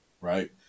right